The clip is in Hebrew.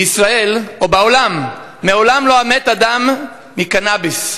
בישראל, או בעולם, מעולם לא מת אדם מקנאביס,